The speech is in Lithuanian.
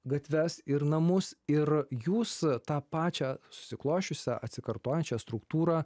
gatves ir namus ir jūs tą pačią susiklosčiusią atsikartojančią struktūrą